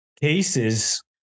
cases